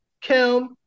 Kim